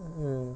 mm